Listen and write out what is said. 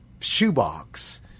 shoebox